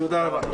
תודה רבה.